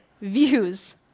views